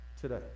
today